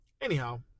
Anyhow